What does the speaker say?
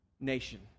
nation